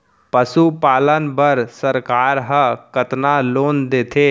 पशुपालन बर सरकार ह कतना लोन देथे?